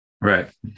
Right